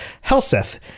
Helseth